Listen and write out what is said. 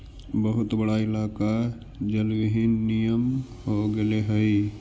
बहुत बड़ा इलाका जलविहीन नियन हो गेले हई